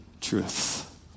truth